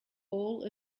all